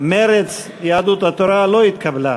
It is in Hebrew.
מרצ ויהדות התורה לא התקבלה.